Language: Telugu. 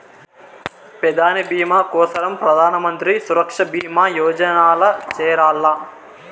పెదాని బీమా కోసరం ప్రధానమంత్రి సురక్ష బీమా యోజనల్ల చేరాల్ల